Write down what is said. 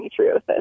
endometriosis